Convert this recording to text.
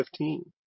15